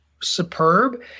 superb